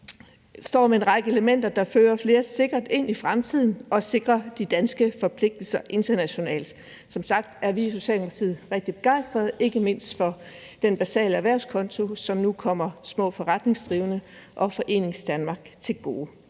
en række elementer, der fører flere sikkert ind i fremtiden og sikrer de danske forpligtelser internationalt. Som sagt er vi i Socialdemokratiet rigtig begejstrede, ikke mindst for den basale erhvervskonto, som nu kommer små forretningsdrivende og Foreningsdanmark til gode.